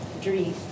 dream